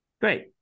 Great